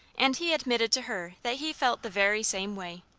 and he admitted to her that he felt the very same way.